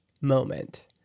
moment